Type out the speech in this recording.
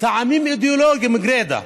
טעמים אידיאולוגיים גרידא,